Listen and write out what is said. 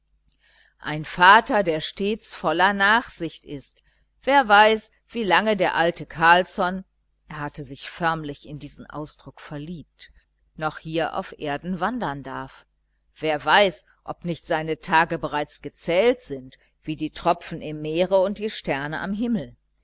ein vater der stets voller nachsicht ist wer weiß wie lange der alte carlsson er hatte sich förmlich in diesen ausdruck verliebt noch hier auf erden wandern darf wer weiß ob nicht seine tage bereits gezählt sind wie die tropfen im meere und die sterne am himmel